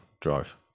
drive